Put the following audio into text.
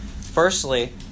Firstly